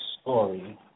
story